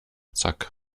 zack